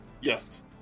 Yes